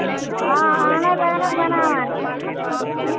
آ آ اَہَن حظ اَہَن حظ بَناوان چھِ